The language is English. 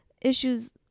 issues